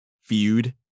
feud